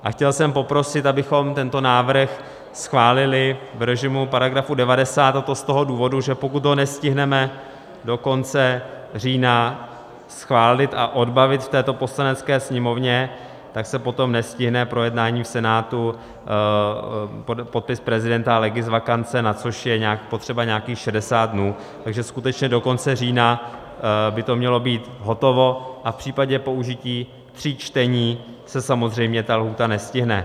A chtěl jsem poprosit, abychom tento návrh schválili v režimu § 90, a to z toho důvodu, že pokud ho nestihneme do konce října schválit a odbavit v této Poslanecké sněmovně, tak se potom nestihne projednání v Senátu, podpis prezidenta a legisvakance, na což je potřeba nějakých 60 dnů, takže skutečně do konce října by to mělo být hotovo, a v případě použití tří čtení se samozřejmě ta lhůta nestihne.